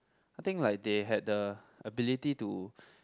I think like they had the ability to